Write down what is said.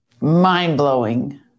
Mind-blowing